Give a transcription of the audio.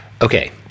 okay